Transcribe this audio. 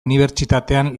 unibertsitatean